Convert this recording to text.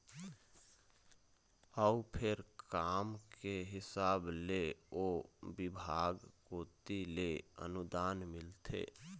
अउ फेर काम के हिसाब ले ओ बिभाग कोती ले अनुदान मिलथे